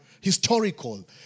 historical